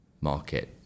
market